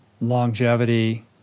longevity